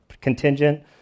contingent